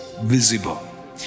visible